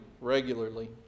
regularly